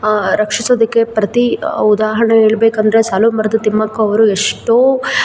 ರಕ್ಷಿಸೋದಕ್ಕೆ ಪ್ರತಿ ಉದಾಹರಣೆ ಹೇಳಬೇಕೆಂದ್ರೆ ಸಾಲುಮರದ ತಿಮ್ಮಕ್ಕ ಅವರು ಎಷ್ಟೋ